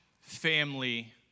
family